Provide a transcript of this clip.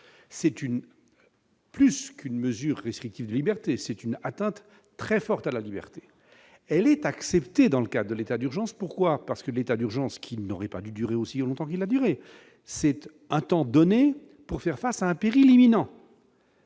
une plus qu'une mesure restrictive de liberté, c'est une atteinte très forte à la liberté, elle est acceptée dans le cas de l'état d'urgence, pourquoi, parce que l'état d'urgence qui n'aurait pas dû durer aussi ont envie la durée, c'était un temps donné pour faire face à un péril imminents.